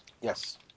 Yes